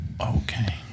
Okay